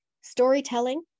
storytelling